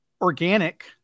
organic